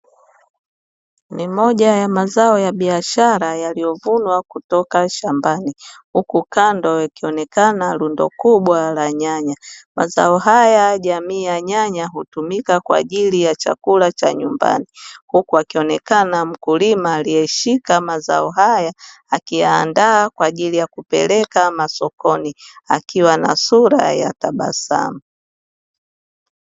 Ni moja ya mazao ya biashara yaliyovunwa kutoka shambani, huku kando ikionekana rundo kubwa la nyanya. Mazao haya jamii ya nyanya hutumika kwa ajili ya chakula cha nyumbani huku akionekana mkulima aliyeshika mazao haya, akiyaandaa kwa ajili ya kupeleka masokoni, akiwa na sura ya tabasamu.